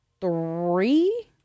three